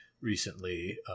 recently